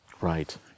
Right